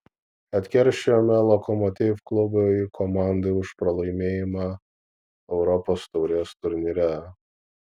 atkeršijome lokomotiv klubui komandai už pralaimėjimą europos taurės turnyre